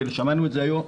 שמענו את זה היום,